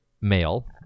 male